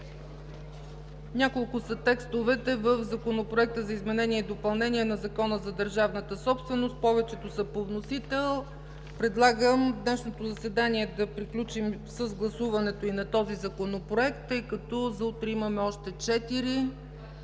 Няколко са текстовете в Законопроекта за изменение и допълнение на Закона за държавната собственост, повечето са по вносител. Предлагам днешното заседание да приключим с гласуването и на този Законопроект, тъй като за утре имаме още четири